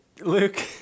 Luke